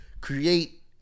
create